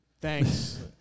Thanks